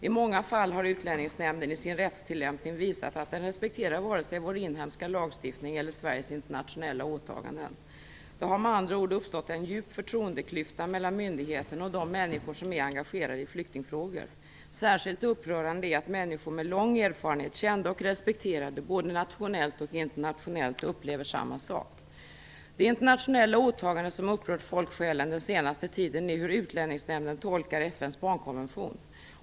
I många fall har Utlänningsnämnden i sin rättstillämpning visat att den inte respekterar vare sig vår inhemska lagstiftning eller Sveriges internationella åtaganden. Det har med andra ord uppstått en djup förtroendeklyfta mellan myndigheten och de människor som är engagerade i flyktingfrågor. Särskilt upprörande är att människor med lång erfarenhet, kända och respekterade - både nationellt och internationellt - upplever samma sak. Det internationella åtagande som upprört folksjälen den senaste tiden är hur Utlänningsnämnden tolkar FN:s barnkonvention.